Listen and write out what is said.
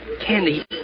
Candy